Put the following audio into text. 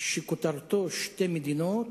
שכותרתו "שתי מדינות"